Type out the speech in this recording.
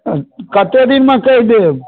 कतेक दिनमे कहि देब